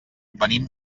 venim